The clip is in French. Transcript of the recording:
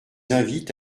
invite